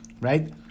right